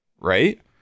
right